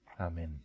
Amen